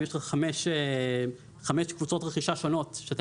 אם יש לך חמש קבוצות רכישה שונות שאתה